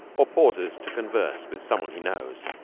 or pauses to converse with some one he knows.